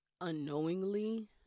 unknowingly